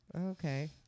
Okay